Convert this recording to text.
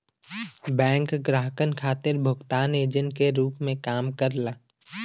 bank ग्राहकन खातिर भुगतान एजेंट के रूप में काम करला